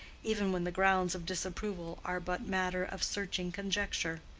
even when the grounds of disapproval are but matter of searching conjecture.